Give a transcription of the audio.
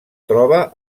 troba